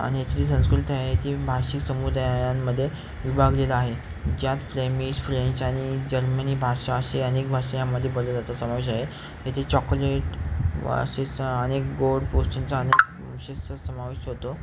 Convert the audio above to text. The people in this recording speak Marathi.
आणि ह्याची जी संस्कृती आहे ती भाषिक समुदायांमध्ये विभागलेला आहे ज्यात फ्लेमीश फ्रेंच आणि जर्मनी भाषा असे अनेक भाषा ह्यामध्ये बोलल्या जोतो समावेश आहे इथे चॉकलेट असे स अनेक गोड गोष्टींचा अनेक गोष्टींचा समावेश होतो